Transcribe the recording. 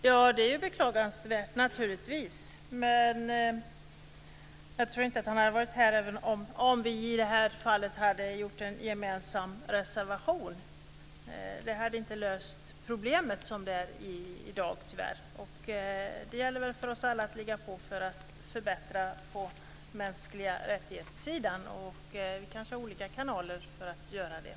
Fru talman! Det är naturligtvis beklagansvärt. Men jag tror inte att han hade varit här även om vi i det här fallet hade skrivit en gemensam reservation. Det hade inte löst problemet som det ser ut i dag, tyvärr. Det gäller väl för oss alla att ligga på för att förbättra sådant som gäller mänskliga rättigheter. Vi kanske har olika kanaler för att göra det.